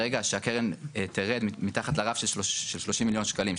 ברגע שהקרן תרד מתחת לרף של 30 מיליון שקלים,